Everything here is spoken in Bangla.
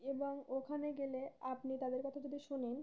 এবং ওখানে গেলে আপনি তাদের কথা যদি শোনেন